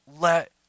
let